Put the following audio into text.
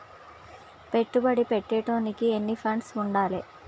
పెట్టుబడి పెట్టేటోనికి ఎన్ని ఫండ్స్ ఉండాలే?